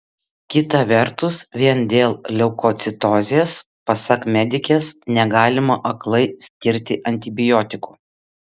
kita vertus vien dėl leukocitozės pasak medikės negalima aklai skirti antibiotikų